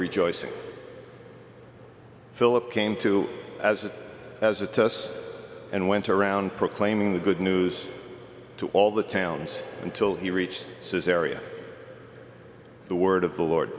rejoicing philip came to as a as a test and went around proclaiming the good news to all the towns until he reached says area the word of the lord